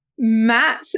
Matt